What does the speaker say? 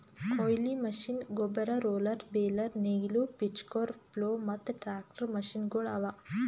ಕೊಯ್ಲಿ ಮಷೀನ್, ಗೊಬ್ಬರ, roller, baler, ನೇಗಿಲು, ಪಿಚ್ಫೋರ್ಕ್, ಪ್ಲೊ ಮತ್ತ ಟ್ರಾಕ್ಟರ್ ಮಷೀನಗೊಳ್ ಅವಾ